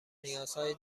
نیازهای